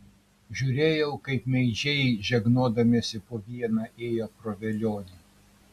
žiūrėjau kaip meižiai žegnodamiesi po vieną ėjo pro velionį